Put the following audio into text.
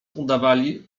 udawali